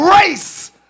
race